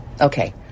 okay